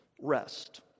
rest